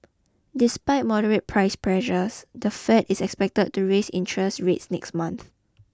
despite moderate price pressures the Fed is expected to raise interest rates next month